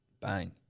Bang